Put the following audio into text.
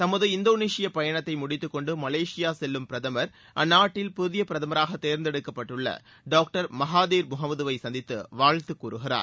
தமது இந்தோனேஷியா பயணத்தை முடித்துக் கொண்டு மலேசியா செல்லும் பிரதமா் அந்நாட்டில் புதிய பிரதமராக தேர்ந்தெடுக்கப்பட்டுள்ள டாக்டர் மகாதீர் முகமதுவைச் சந்தித்து வாழ்த்து கூறுகிறார்